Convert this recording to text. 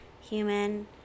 human